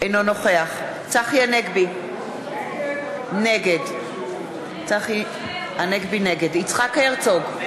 אינו נוכח צחי הנגבי, נגד יצחק הרצוג,